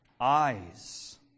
eyes